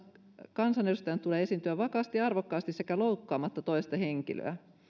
kansanedustajan tulee esiintyä vakaasti ja arvokkaasti sekä loukkaamatta toista henkilöä